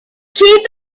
keep